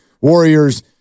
Warriors